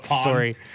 story